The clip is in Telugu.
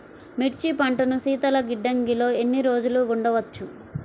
మిర్చి పంటను శీతల గిడ్డంగిలో ఎన్ని రోజులు ఉంచవచ్చు?